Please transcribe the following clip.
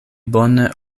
bone